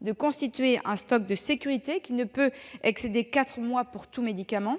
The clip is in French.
de constituer un stock de sécurité qui ne peut excéder quatre mois pour tout médicament.